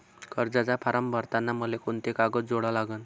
कर्जाचा फारम भरताना मले कोंते कागद जोडा लागन?